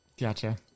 Gotcha